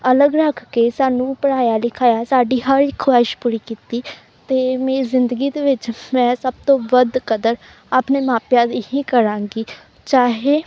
ਅਲੱਗ ਰੱਖ ਕੇ ਸਾਨੂੰ ਪੜ੍ਹਾਇਆ ਲਿਖਾਇਆ ਸਾਡੀ ਹਰ ਇੱਕ ਖਾਹਿਸ਼ ਪੂਰੀ ਕੀਤੀ ਅਤੇ ਮੇਰੀ ਜ਼ਿੰਦਗੀ ਦੇ ਵਿੱਚ ਮੈਂ ਸਭ ਤੋਂ ਵੱਧ ਕਦਰ ਆਪਣੇ ਮਾਪਿਆਂ ਦੀ ਹੀ ਕਰਾਂਗੀ ਚਾਹੇ